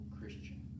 Christian